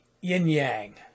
yin-yang